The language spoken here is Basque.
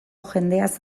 jendeaz